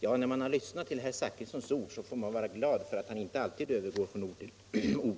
Ja, när man lyssnat till herr Zachrisson får man vara glad över att han inte alltid övergår från ord will handling.